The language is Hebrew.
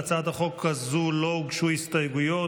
להצעת החוק הזו לא הוגשו הסתייגויות,